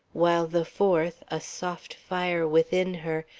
while the fourth, a soft fire within her,